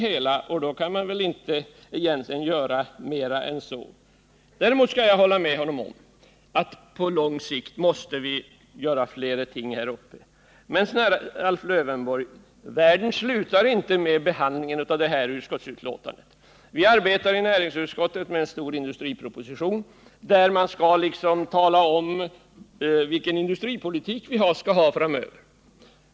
Mer än så kan man inte göra. Däremot skall jag hålla med honom om att vi på lång sikt måste göra mera här uppe. Men snälla Alf Lövenborg, världen slutar inte med behandlingen av detta utskottsbetänkande. Vi arbetar i näringsutskottet med en stor industriproposition, som behandlar frågan om vilken industripolitik vi skall ha framöver.